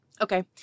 Okay